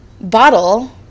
bottle